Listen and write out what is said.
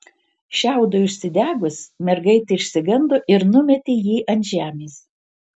šiaudui užsidegus mergaitė išsigando ir numetė jį ant žemės